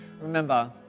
Remember